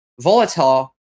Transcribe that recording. volatile